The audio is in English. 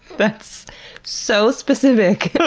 that's so specific!